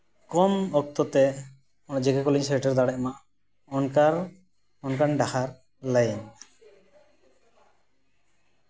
ᱠᱚᱢ ᱚᱠᱛᱚ ᱛᱮ ᱡᱮ ᱠᱮ ᱠᱚᱞᱮᱡᱽ ᱞᱤᱧ ᱥᱮᱴᱮᱨ ᱫᱟᱲᱮᱭᱟᱜ ᱢᱟ ᱚᱱᱠᱟ ᱚᱱᱠᱟᱱ ᱰᱟᱦᱟᱨ ᱞᱟᱹᱭ ᱢᱮ